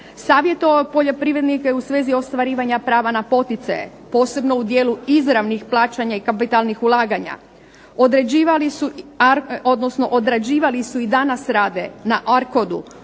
savjetovati poljoprivrednike u svezi ostvarivanja prava na poticaje posebno u dijelu izravnih plaćanja i kapitalnih ulaganja, određivali su i danas rade na ARKOD-u